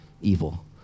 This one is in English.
evil